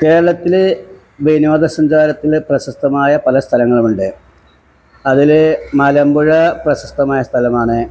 കേരളത്തിൽ വിനോദ സഞ്ചാരത്തിന് പ്രശസ്തമായ പല സ്ഥലങ്ങളും ഉണ്ട് അതിൽ മലമ്പുഴ പ്രശസ്തമായ സ്ഥലമാണ്